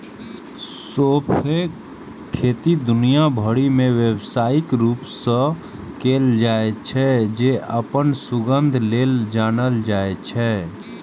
सौंंफक खेती दुनिया भरि मे व्यावसायिक रूप सं कैल जाइ छै, जे अपन सुगंध लेल जानल जाइ छै